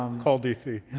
um call dc.